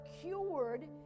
cured